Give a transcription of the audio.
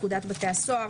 פקודת בתי הסוהר,